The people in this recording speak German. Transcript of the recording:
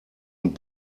und